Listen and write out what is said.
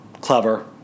clever